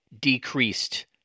decreased